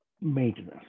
maintenance